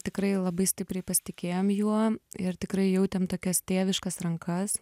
tikrai labai stipriai pasitikėjom juo ir tikrai jautėm tokias tėviškas rankas